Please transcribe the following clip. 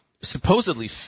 supposedly